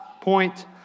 point